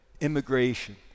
immigration